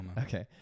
okay